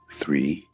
three